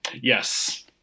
Yes